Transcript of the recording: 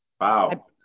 wow